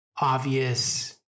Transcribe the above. obvious